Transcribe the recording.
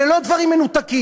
אלה לא דברים מנותקים,